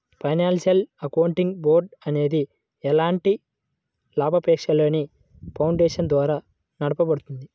financial accounting board అనేది ఎలాంటి లాభాపేక్షలేని ఫౌండేషన్ ద్వారా నడపబడుద్ది